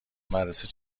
مدرسه